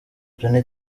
john